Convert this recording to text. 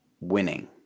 winning